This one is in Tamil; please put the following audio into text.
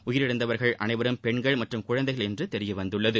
உயிரிழந்தவர்கள் அனைவரும் பெண்கள் மற்றும் குழந்தைகள் என்று தெரியவந்துள்ளது